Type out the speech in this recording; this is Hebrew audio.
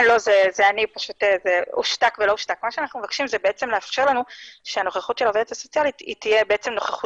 אנחנו מבקשים שהנוכחות של עובדת סוציאלית תהיה נוכחות